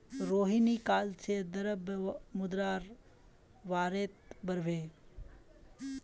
रोहिणी काल से द्रव्य मुद्रार बारेत पढ़बे